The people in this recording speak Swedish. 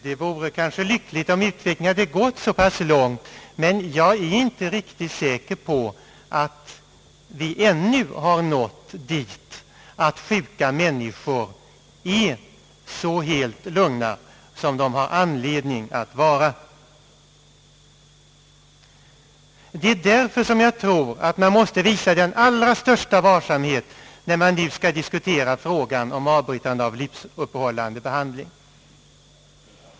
Det vore kanske lyckligt om utvecklingen hade gått så långt, men jag är inte riktigt säker på att vi ännu har nått dit att sjuka människor är så helt lugna som de har anledning att vara. Det är därför som jag tror att man måste visa den allra största varsamhet när man nu skall diskutera frågan om avbrytande av livsuppehållande behandling.